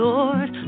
Lord